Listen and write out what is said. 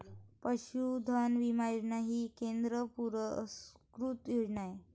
पशुधन विमा योजना ही केंद्र पुरस्कृत योजना आहे